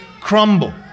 crumble